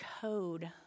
code